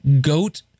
goat